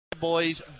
boys